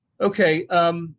Okay